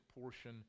portion